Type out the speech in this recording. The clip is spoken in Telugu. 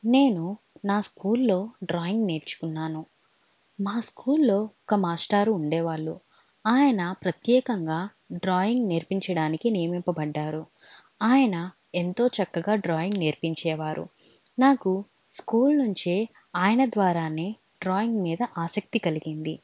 నేను నా స్కూల్లో డ్రాయింగ్ నేర్చుకున్నాను మా స్కూల్లో ఒక మాష్టారు ఉండేవాళ్ళు ఆయన ప్రత్యేకంగా డ్రాయింగ్ నేర్పించడానికి నియమింపబడ్డారు ఆయన ఎంతో చక్కగా డ్రాయింగ్ నేర్పించేవారు నాకు స్కూల్ నుంచే ఆయన ద్వారానే డ్రాయింగ్ మీద ఆసక్తి కలిగింది